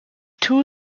two